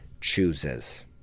chooses